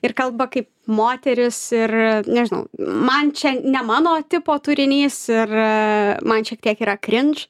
ir kalba kaip moteris ir nežinau man čia ne mano tipo turinys ir man šiek tiek yra krinč